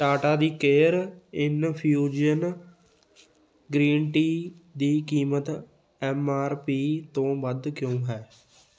ਟਾਟਾ ਦੀ care infusion green tea ਦੀ ਕੀਮਤ ਐੱਮ ਆਰ ਪੀ ਤੋਂ ਵੱਧ ਕਿਉਂ ਹੈ